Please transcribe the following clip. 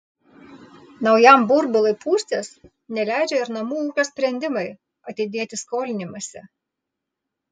naujam burbului pūstis neleidžia ir namų ūkio sprendimai atidėti skolinimąsi